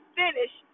finish